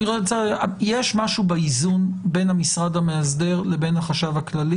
יש משהו באיזון בין המשרד המאסדר לבין החשב הכללי.